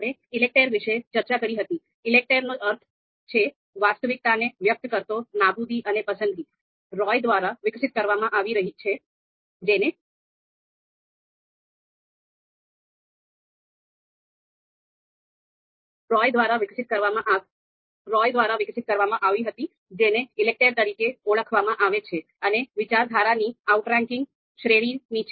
આપણે ELECTRE વિશે ચર્ચા કરી હતી ELECTRE નો અર્થ છે વાસ્તવિકતાને વ્યક્ત કરતો નાબૂદી અને પસંદગી રોય દ્વારા વિકસિત કરવામાં આવી હતી જેને ELECTRE તરીકે ઓળખવામાં આવે છે અને વિચારધારાની આઉટરેન્કિંગ શ્રેણીની છે